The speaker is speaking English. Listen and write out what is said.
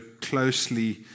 closely